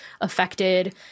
affected